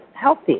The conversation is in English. healthy